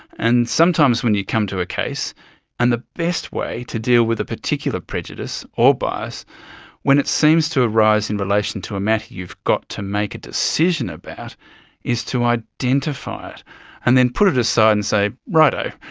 and sometimes when you come to a case and the best way to deal with a particular prejudice or bias when it seems to arise in relation to a matter you've got to make a decision about is to identify it and then put it aside and say righto,